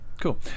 cool